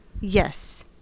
Yes